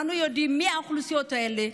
אנחנו יודעים מי האוכלוסיות האלה,